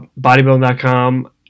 Bodybuilding.com